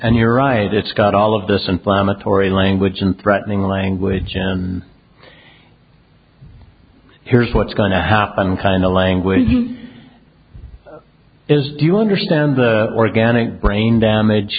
and you're right it's got all of this inflammatory language and threatening language and here's what's going to happen kind of language is do you understand the organic brain damage